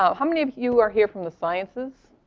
ah how many of you are here from the sciences,